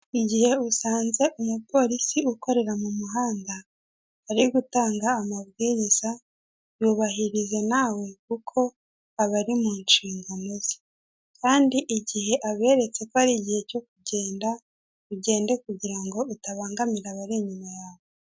Igihe usanze umupolisi ukorera mu muhanda, ari gutanga amabwiriza, yubahirize nawe kuko aba ari mu nshingano ze. Kandi igihe aberetse ko ari igihe cyo kugenda ugende kugira ngo utabangamira abari inyuma yawe.